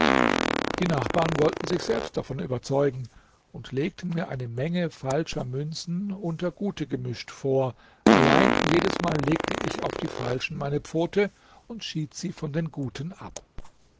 die nachbarn wollten sich selbst davon überzeugen und legten mir eine menge falscher münzen unter gute gemischt vor allein jedesmal legte ich auf die falschen meine pfote und schied sie von den guten ab